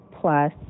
plus